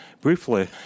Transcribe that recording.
briefly